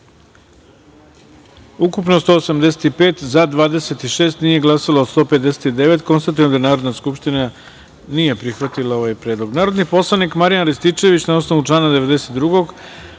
ukupno - 185, za – 26, nije glasalo - 159.Konstatujem da Narodna skupština nije prihvatila ovaj predlog. Narodni poslanik Marijan Rističević, na osnovu člana 92.